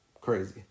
crazy